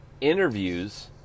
interviews